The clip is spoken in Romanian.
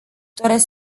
doresc